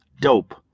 Dope